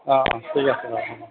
অ ঠিক আছে বাৰু অ